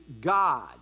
God